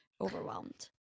overwhelmed